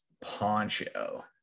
Poncho